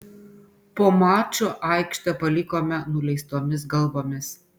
po mačo aikštę palikome nuleistomis galvomis